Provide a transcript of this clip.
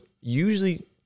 usually